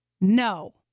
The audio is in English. No